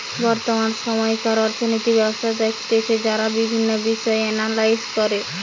বর্তমান সময়কার অর্থনৈতিক ব্যবস্থা দেখতেছে যারা বিভিন্ন বিষয় এনালাইস করে